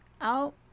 out